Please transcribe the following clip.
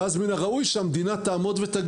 אז מן הראוי שהמדינה תגיד,